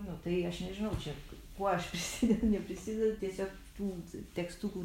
nu tai aš nežinau čia kuo aš prisidedu neprisidedu tiesiog tų tekstukų